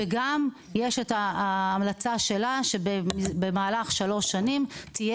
ויש גם את ההמלצה שלה שבמהלך שלוש שנים תהיה